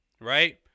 right